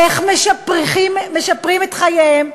איך משפרים את חייהם,